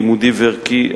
לימודי וערכי.